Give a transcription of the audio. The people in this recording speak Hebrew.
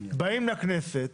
באים לכנסת,